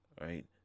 right